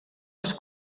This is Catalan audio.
els